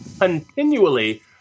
continually